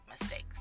mistakes